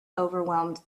overwhelmed